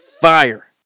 fire